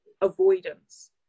avoidance